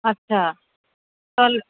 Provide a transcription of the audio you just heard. আচ্ছা তাহলে